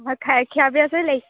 ଖିଆ ପିଆ ସରିଲାଣି